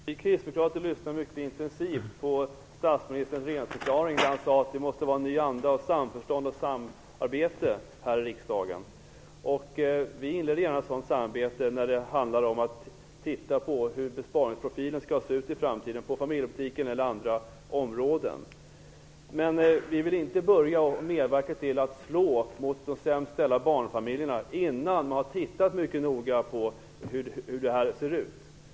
Herr talman! Vi kristdemokrater lyssnade mycket intensivt på statsministerns regeringsförklaring. Där sade han att det måste vara en ny anda av samförstånd och samarbete här i riksdagen. Vi inleder gärna ett sådant samarbete för att titta på hur besparingsprofilen skall se ut i framtiden på familjepolitikens område eller på andra områden. Men vi vill inte medverka till att slå mot de sämst ställda barnfamiljerna innan vi har tittat mycket noga på hur detta ser ut.